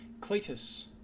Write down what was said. Cletus